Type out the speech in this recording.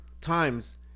times